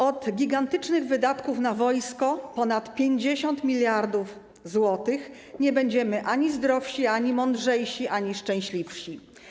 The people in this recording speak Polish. Od gigantycznych wydatków na wojsko, ponad 50 mld zł, nie będziemy ani zdrowsi, ani mądrzejsi, ani szczęśliwsi.